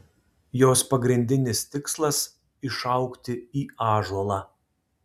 jos pagrindinis tikslas išaugti į ąžuolą